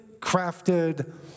crafted